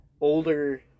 older